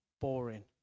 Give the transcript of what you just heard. Boring